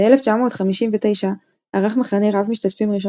ב-1959 ערך מחנה רב משתתפים ראשון